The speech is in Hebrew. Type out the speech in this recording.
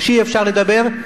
אי-אפשר לדבר,